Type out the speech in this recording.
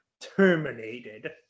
terminated